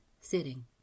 sitting